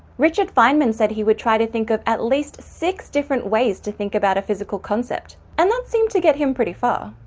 richard feynman said he would try to think of at least six different ways to think about a physical concept and that seemed to get him pretty far.